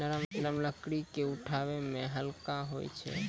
नरम लकड़ी क उठावै मे हल्का होय छै